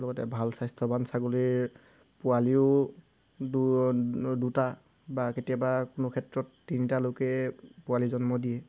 লগতে ভাল স্বাস্থ্যৱান ছাগলীৰ পোৱালিও দুটা বা কেতিয়াবা কোনো ক্ষেত্ৰত তিনিটালৈকে পোৱালি জন্ম দিয়ে